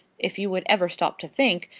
if you would ever stop to think,